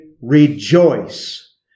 rejoice